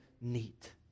neat